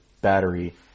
battery